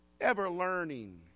ever-learning